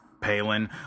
Palin